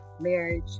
marriage